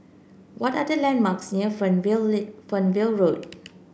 what are the landmarks near Fernvale Road